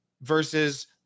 versus